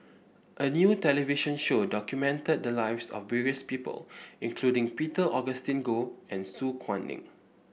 a new television show documented the lives of various people including Peter Augustine Goh and Su Guaning